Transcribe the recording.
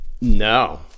No